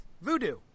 voodoo